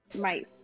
Mice